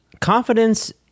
Confidence